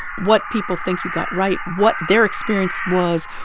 what people think you got right, what their experience was,